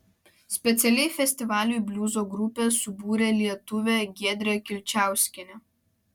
specialiai festivaliui bliuzo grupę subūrė lietuvė giedrė kilčiauskienė